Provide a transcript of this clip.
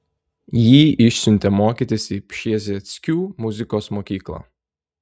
jį išsiuntė mokytis į pšezdzieckių muzikos mokyklą